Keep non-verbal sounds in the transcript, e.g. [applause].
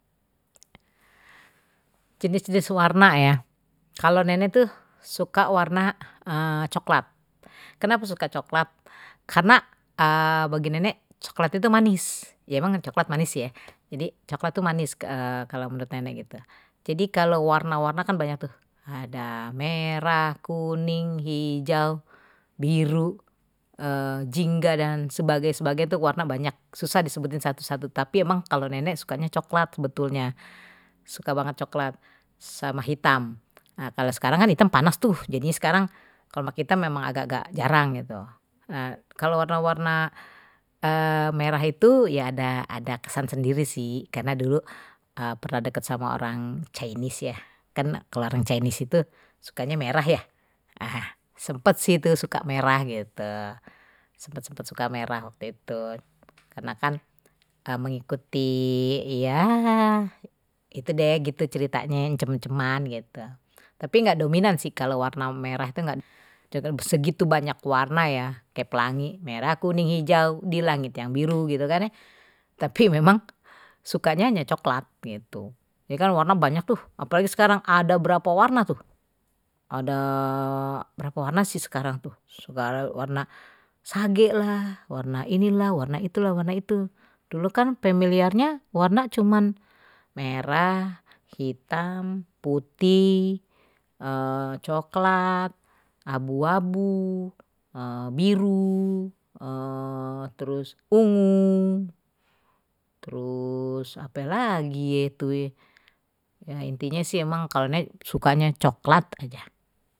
Jenis-jenis warna ya kalau nenek tuh suka warna [hesitation] coklat kenapa suka coklat karena [hesitation] bagi nenek coklat itu manis, ya emang coklat manis ye, jadi coklat tuh manis kalo menurut nenek gitu, jadi kalo warna warna ada banyak tuh ada merah kuning hijau, biru, [hesitation] jingga dan sebagai sebagainya tu warna banyak, tapi kalo nenek sukanya coklat sebetulnya suka banget coklat sama hitam nah kalau sekarang kan hitam panas tuh jadi sekarang kalau kita memang agak-agak jarang gitu nah kalau warna-warna [hesitation] merah itu ya ada ada kesan sendiri sih karena dulu pernah deket sama orang chinese ya kan kalo orang chinese itu sukanye merah ya cepat sih itu suka merah gitu ketika merah waktu itu karena kan [hesitation] mengikuti ya gitu deh gitu ceritanya yang cemam-ceman gitu tapi enggak dominan sih kalau warna merah itu enggak segitu banyak warna ya kayak pelangi merah kuning hijau di langit yang biru gitu kan ye [laughs] tapi memang suka hanya coklat gitu ini kan warnanya banyak tuh apalagi sekarang ada berapa warna tuh, ada berapa warna sih sekarang tuh enggak ada warna sage lah warna inilah warna itu loh warna itu dulu kan familiarnye warna cuman merah hitam putih [hesitation] coklat abu-abu biru [hesitation] terus ungu terus apa lagi itu ye intinya sih emang kalau nenek sukanya coklat aja.